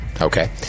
Okay